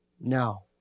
No